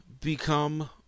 become